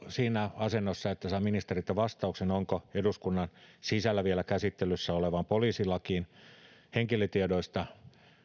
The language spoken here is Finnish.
siinä asennossa että saan ministeriltä vastauksen onko eduskunnan sisällä vielä käsittelyssä olevaan poliisilakiin henkilötiedoista